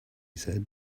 said